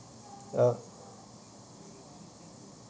uh